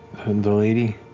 the lady?